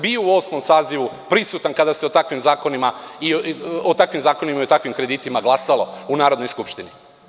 Bio sam u osmom sazivu prisutan kada se o takvim zakonima i o takvim kreditima glasalo u Narodnoj skupštini.